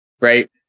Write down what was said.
right